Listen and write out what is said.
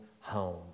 home